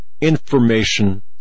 information